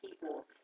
people